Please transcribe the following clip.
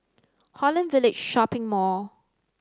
Holland Village Shopping Mall